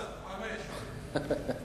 סגן השר, חמסה, חמש.